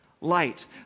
light